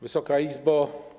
Wysoka Izbo!